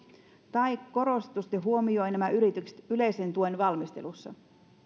tai korostetusti huomioi nämä yritykset yleisen tuen valmistelussa